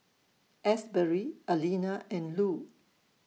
Asberry Alena and Lue